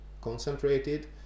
concentrated